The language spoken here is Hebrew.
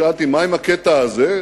ושאלתי: מה עם הקטע הזה?